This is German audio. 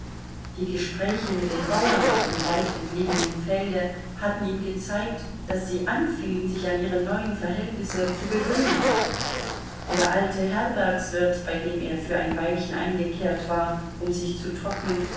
die gespräche mit den bauern auf dem weit entlegenen felde hatten ihm gezeigt daß sie anfingen sich an ihre neuen verhältnisse zu gewöhnen der alte herbergswirt bei dem er für ein weilchen eingekehrt war um sich zu trocknen